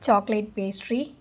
chocolate pastry